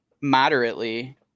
moderately